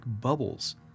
bubbles